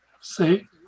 see